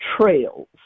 trails